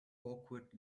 awkward